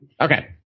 Okay